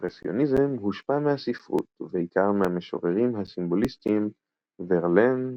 האימפרסיוניזם הושפע מהספרות ובעיקר מהמשוררים הסימבוליסטים ורלן,